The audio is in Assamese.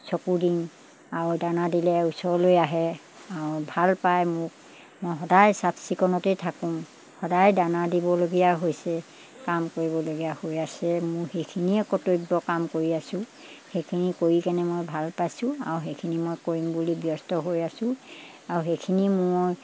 চকু দিওঁ আৰু দানা দিলে ওচৰলৈ আহে আৰু ভাল পায় মোক মই সদায় চাফ চিকুণতেই থাকোঁ সদায় দানা দিবলগীয়া হৈছে কাম কৰিবলগীয়া হৈ আছে মোৰ সেইখিনিয়ে কৰ্তব্য কাম কৰি আছো সেইখিনি কৰি কেনে মই ভাল পাইছোঁ আৰু সেইখিনি মই কৰিম বুলি ব্যস্ত হৈ আছো আৰু সেইখিনি মই